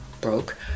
broke